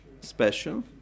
special